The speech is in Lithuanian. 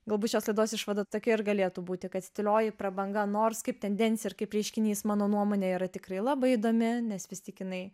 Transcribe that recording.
galbūt šios laidos išvada tokia ir galėtų būti kad tylioji prabanga nors kaip tendencija ir kaip reiškinys mano nuomone yra tikrai labai įdomi nes vis tik jinai